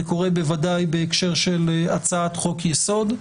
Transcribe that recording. זה קורה בוודאי בהקשר של הצעת חוק-יסוד.